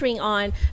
on